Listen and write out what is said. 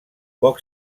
poc